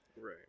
right